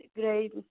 great